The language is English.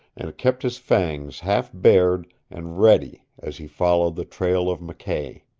and kept his fangs half bared and ready as he followed the trail of mckay.